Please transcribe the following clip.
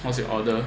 what's your order